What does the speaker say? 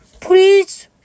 please